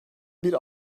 bir